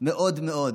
מאד מאד".